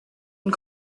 and